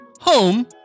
home